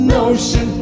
Notion